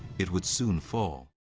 it would soon fall.